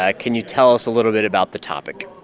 ah can you tell us a little bit about the topic?